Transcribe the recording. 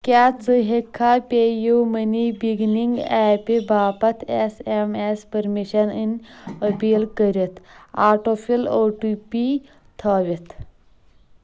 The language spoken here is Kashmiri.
کیٛاہ ژٕ ہٮ۪کھاہ پے یوٗ مٔنی بِگننٛگ ایپہِ باپتھ ایس ایم ایس پٔرمِشن ان اپیل کٔرِتھ auto fill O T P تھٲوِتھ